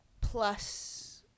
plus